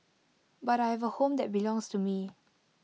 but I have A home that belongs to me